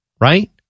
right